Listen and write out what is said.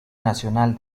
nacional